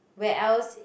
where else